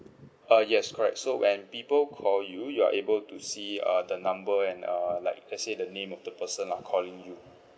uh yes correct so when people call you you are able to see uh the number and uh like let's say the name of the person lah calling you